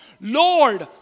Lord